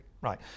right